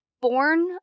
born